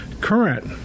current